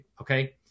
Okay